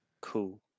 cool